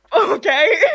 Okay